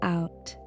out